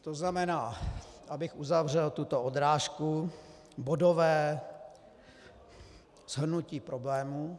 To znamená, abych uzavřel tuto odrážku, bodové shrnutí problému.